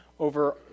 over